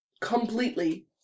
completely